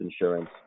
insurance